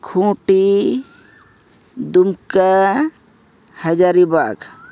ᱠᱷᱩᱸᱴᱤ ᱫᱩᱢᱠᱟ ᱦᱟᱡᱟᱨᱤᱵᱟᱜᱽ